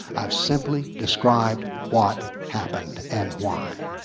i've simply described what happened and why.